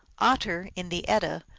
otter, in the edda,